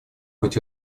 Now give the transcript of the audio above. быть